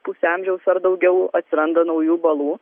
pusę amžiaus ar daugiau atsiranda naujų balų